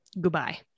Goodbye